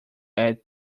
add